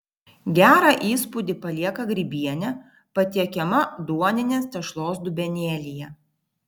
gerą įspūdį palieka grybienė patiekiama duoninės tešlos dubenėlyje